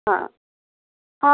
ହଁ ହଁ